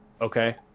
Okay